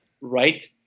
right